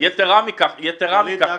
יתרה מכך --- וליד דקה.